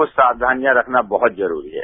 कुछ सावधानियां रखना बहत जरूरी है